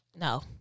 No